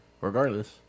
regardless